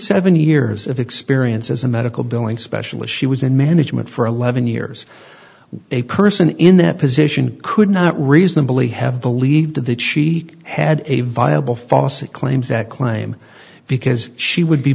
seven years of experience as a medical billing specialist she was in management for eleven years a person in that position could not reasonably have believed that she had a viable faucet claims that claim because she would be